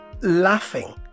laughing